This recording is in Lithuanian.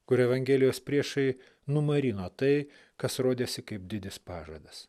kur evangelijos priešai numarino tai kas rodėsi kaip didis pažadas